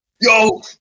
yo